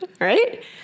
right